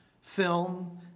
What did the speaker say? film